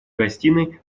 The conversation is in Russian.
гостиной